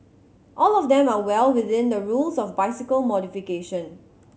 all of them are well within the rules of bicycle modification